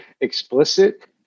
explicit